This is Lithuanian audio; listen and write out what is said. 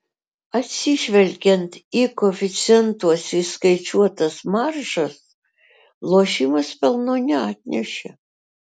atsižvelgiant į koeficientuose įskaičiuotas maržas lošimas pelno neatnešė